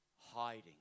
hiding